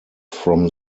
from